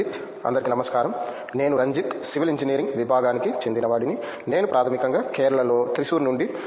రంజిత్ అందరికీ నమస్కారం నేను రంజిత్ సివిల్ ఇంజనీరింగ్ విభాగంకి చెందిన వాడిని నేను ప్రాథమికంగా కేరళ లో త్రిశూర్ నుండి